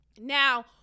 Now